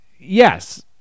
yes